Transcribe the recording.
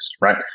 right